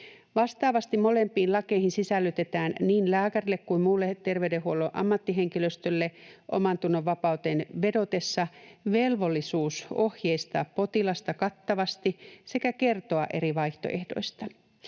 Vastaavasti molempiin lakeihin sisällytetään niin lääkärille kuin muulle terveydenhuollon ammattihenkilöstölle omantunnon vapauteen vedotessa velvollisuus ohjeistaa potilasta kattavasti sekä kertoa eri vaihtoehdoista.